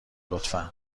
لطفا